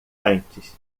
antes